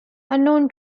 unknown